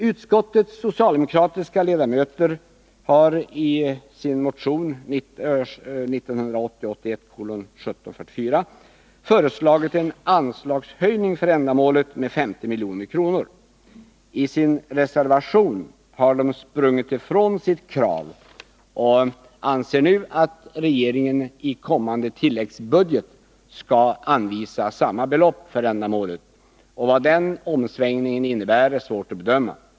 Utskottets socialdemokratiska ledamöter har i sin motion 1980/81:1744 föreslagit en anslagshöjning för ändamålet med 50 milj.kr. I reservation 4 har de sprungit ifrån sitt krav och anser nu att regeringen i kommande tilläggsbudget skall anvisa samma belopp för ändamålet. Vad den omsvängningen innebär är svårt att bedöma.